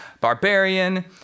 barbarian